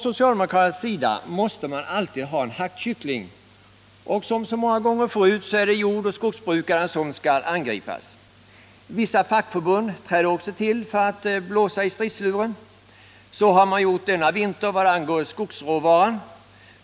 Socialdemokraterna måste alltid ha en hackkyckling, och som så många gånger förut är det jordoch skogsbrukarna som skall angripas. Vissa fackförbund träder också till för att blåsa i stridsluren. Så har man gjort denna vinter vad angår skogsråvaran.